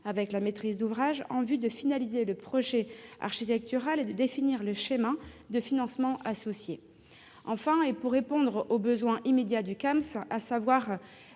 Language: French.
de la maîtrise d'ouvrage, en vue de finaliser le projet architectural et de définir le schéma de financement associé. Enfin, pour répondre aux besoins immédiats du Camsp, à savoir